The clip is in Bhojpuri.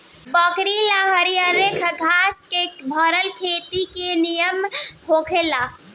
बकरी ला हरियरके घास से भरल खेत ही निमन रहेला